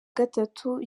gatatu